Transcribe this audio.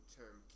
term